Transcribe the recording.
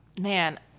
man